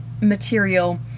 material